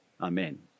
Amen